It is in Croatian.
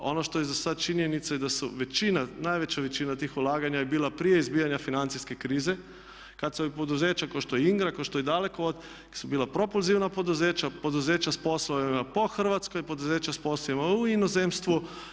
Ono što je za sad činjenica da su većina, najveća većina tih ulaganja je bila prije izbijanja financijske krize kad su poduzeća kao što je Ingra, kao što je Dalekovod kad su bila propulzivna poduzeća, poduzeća s poslovima po Hrvatskoj, poduzeća s poslovima u inozemstvu.